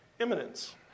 Imminence